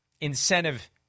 incentive